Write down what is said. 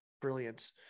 brilliance